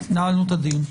נעלנו את הדיון.